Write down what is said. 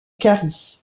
carry